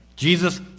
Jesus